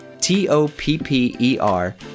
T-O-P-P-E-R